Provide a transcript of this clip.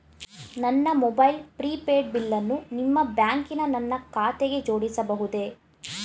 ನನ್ನ mobile prepaid ಬಿಲ್ಲನ್ನು ನಿಮ್ಮ ಬ್ಯಾಂಕಿನ ನನ್ನ ಖಾತೆಗೆ ಜೋಡಿಸಬಹುದೇ?